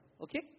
Okay